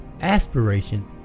aspiration